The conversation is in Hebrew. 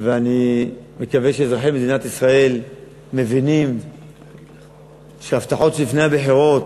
ואני מקווה שאזרחי מדינת ישראל מבינים שהבטחות שלפני הבחירות